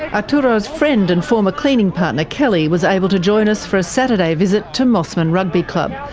arturo's friend and former cleaning partner, kelly, was able to join us for a saturday visit to mosman rugby club,